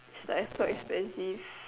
I thought it's expensive